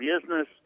business